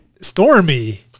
Stormy